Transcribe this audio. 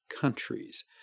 countries